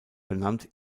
benannt